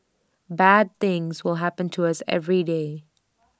bad things will happen to us every day